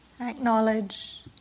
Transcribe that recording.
acknowledge